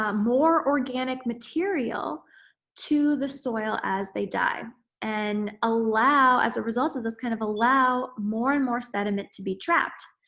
ah more organic material to the soil as they die and allow as a result of this, kind of allow more and more sediment to be trapped.